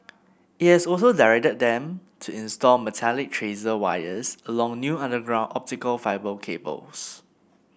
it has also directed them to install metallic tracer wires along new underground optical fibre cables